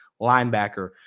linebacker